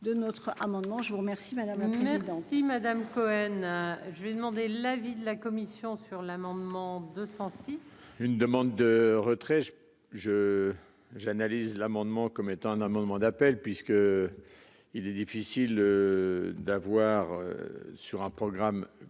Merci madame la présidente,